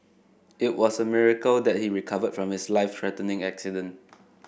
it was a miracle that he recovered from his life threatening accident